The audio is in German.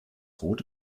rote